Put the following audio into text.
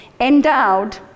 endowed